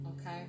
Okay